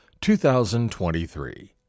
2023